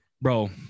bro